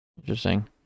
interesting